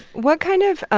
what kind of ah